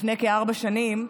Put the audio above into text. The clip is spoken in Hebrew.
לפני כארבע שנים,